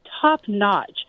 top-notch